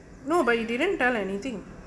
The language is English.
no but you didn't tell anything